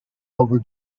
over